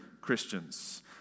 Christians